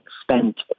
spent